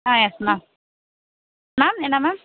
ஆ yes ma'am ma'am என்ன ma'am